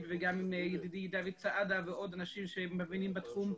וגם עם ידידי דוד סעדה ועוד אנשים שמבינים בתחום,